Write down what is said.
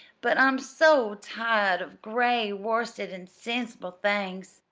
but i'm so tired of gray worsted and sensible things.